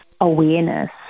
awareness